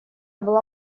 была